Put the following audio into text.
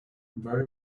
very